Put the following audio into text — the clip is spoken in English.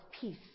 peace